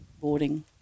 boarding